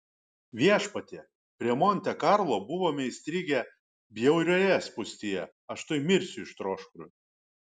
viešpatie prie monte karlo buvome įstrigę bjaurioje spūstyje aš tuoj mirsiu iš troškulio